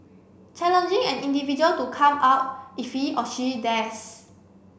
challenging an individual to come out if he or she dares